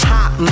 Hot